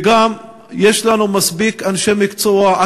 וגם שיש לנו מספיק אנשי מקצוע,